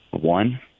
One